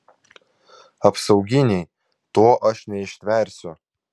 apsauginiai to aš neištversiu